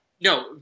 No